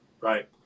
Right